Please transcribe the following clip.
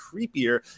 creepier